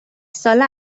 ساله